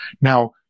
Now